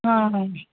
ஆ ஆ